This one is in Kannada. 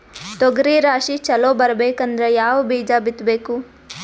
ತೊಗರಿ ರಾಶಿ ಚಲೋ ಬರಬೇಕಂದ್ರ ಯಾವ ಬೀಜ ಬಿತ್ತಬೇಕು?